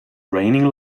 raining